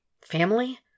Family